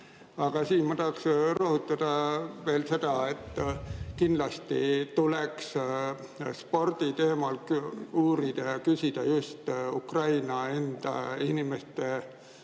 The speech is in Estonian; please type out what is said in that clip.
Aga siin ma tahaksin rõhutada veel seda, et kindlasti tuleks spordi teemal uurida ja küsida just Ukraina enda inimeste ja